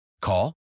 Call